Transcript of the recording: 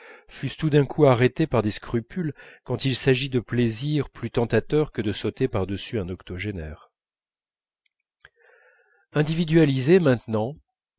fussent tout d'un coup arrêtées par des scrupules quand il s'agit de plaisirs plus tentateurs que de sauter par-dessus un octogénaire individualisées maintenant